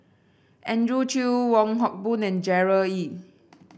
Andrew Chew Wong Hock Boon and Gerard Ee